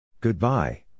Goodbye